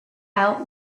out